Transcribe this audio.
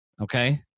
Okay